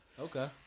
Okay